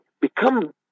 become